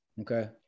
Okay